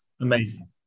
amazing